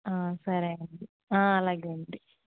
సరే అండి అలాగే అండి